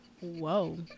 Whoa